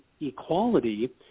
equality